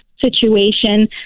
situation